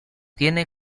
tiene